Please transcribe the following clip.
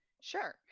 Sure